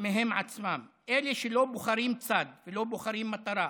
מהם עצמם, אלה שלא בוחרים צד ולא בוחרים מטרה,